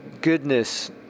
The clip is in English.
goodness